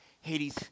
Hades